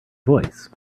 voice